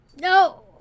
No